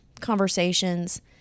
conversations